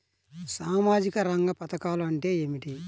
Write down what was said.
సామాజిక రంగ పధకాలు అంటే ఏమిటీ?